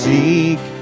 Seek